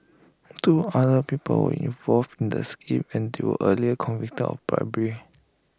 two other people involved in the scheme and do earlier convicted of bribery